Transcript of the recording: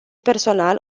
personal